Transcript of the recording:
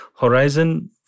Horizon